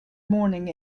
morning